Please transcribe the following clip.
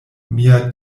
mia